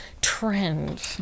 trend